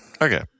Okay